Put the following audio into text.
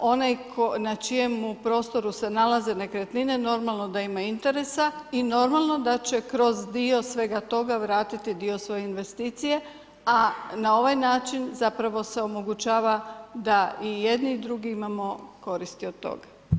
onaj na čijem prostoru se nalaze nekretnine, normalno da ima interesa i normalno da će kroz dio svega toga vratiti dio svoje investicije, a na ovaj način zapravo se omogućava da i jedni i drugi imamo koristi od toga.